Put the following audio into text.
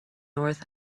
north